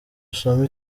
usome